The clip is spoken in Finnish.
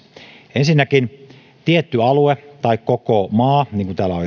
ensinnäkin tietty alue tai koko maa niin kuin täällä on